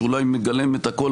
שאולי מגלם את הכול,